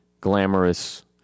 glamorous